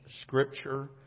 scripture